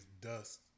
dust